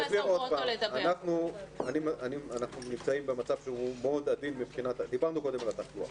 אנחנו נמצאים במצב שהוא מאוד עדין מבחינת התחלואה.